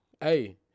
Hey